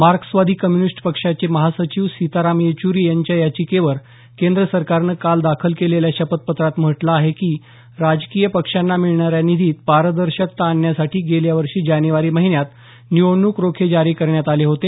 मार्क्सवादी कम्युनिस्ट पक्षाचे महासचिव सीताराम येचुरी यांच्या याचिकेवर केंद्र सरकारनं काल दाखल केलेल्या शपथपत्रात म्हटलं आहे की राजकीय पक्षांना मिळणाऱ्या निधीत पारदर्शकता आणण्यासाठी गेल्यावर्षी जानेवारी महिन्यात निवडणूक रोखे जारी करण्यात आले होते